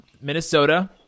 Minnesota